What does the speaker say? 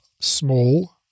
small